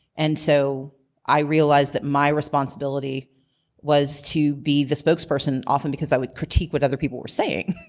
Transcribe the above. and so i realized that my responsibility was to be the spokesperson often because i would critique what other people were saying.